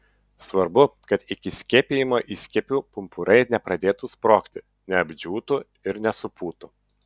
svarbu kad iki skiepijimo įskiepių pumpurai nepradėtų sprogti neapdžiūtų ir nesupūtų